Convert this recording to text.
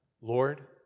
Lord